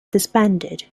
disbanded